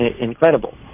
incredible